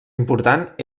important